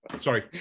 Sorry